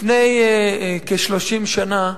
לפני כ-30 שנה,